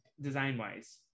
design-wise